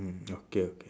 mm okay okay